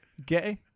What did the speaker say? Okay